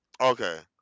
Okay